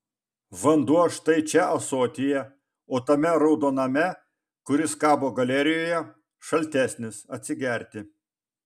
vanduo štai čia ąsotyje o tame raudoname kuris kabo galerijoje šaltesnis atsigerti